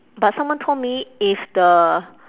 but someone told me if the